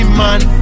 man